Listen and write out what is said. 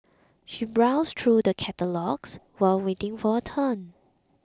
she browsed through the catalogues while waiting for her turn